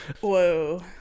Whoa